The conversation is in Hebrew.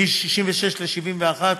מ-66 ל-71.